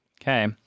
okay